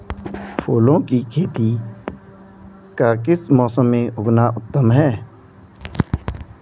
फूलों की खेती का किस मौसम में उगना उत्तम है?